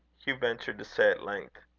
hugh ventured to say at length